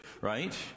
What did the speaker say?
Right